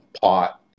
pot